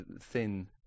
thin